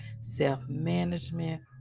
self-management